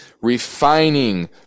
refining